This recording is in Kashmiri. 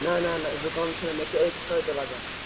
نہَ نہَ نہَ زُکام چھُ نہٕ مےٚ چھُ أتھۍ چھاتہِ لگان